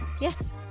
Yes